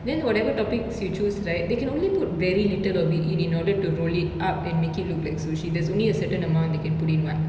then whatever toppings you choose right they can only put very little of it in in order to roll it up and make it look like sushi there's only a certain amount they can put in [what]